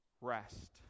rest